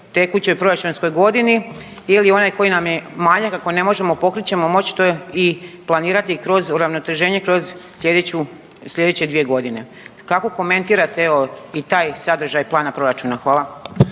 tekućoj proračunskoj godini ili onaj koji nam je manjak, ako ne možemo pokriti ćemo moći to i planirati i kroz uravnoteženje kroz sljedeću, sljedeće dvije godine. Kako komentirate, evo i taj sadržaj plana proračuna? Hvala.